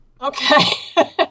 Okay